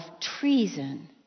treason